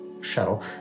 shuttle